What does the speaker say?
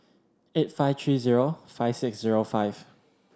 eight five three zero five six zero five